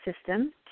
system